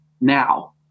now